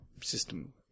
system